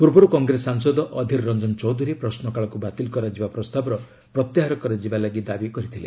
ପୂର୍ବରୁ କଂଗ୍ରେସ ସାଂସଦ ଅଧୀର୍ ରଞ୍ଜନ ଚୌଧୁରୀ ପ୍ରଶ୍ମକାଳକୁ ବାତିଲ କରାଯିବା ପ୍ରସ୍ତାବର ପ୍ରତ୍ୟାହାର କରାଯିବାକୁ ଦାବି କରିଥିଲେ